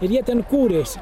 ir jie ten kūrėsi